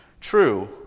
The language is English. true